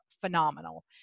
phenomenal